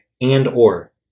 and/or